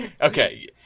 Okay